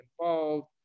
involved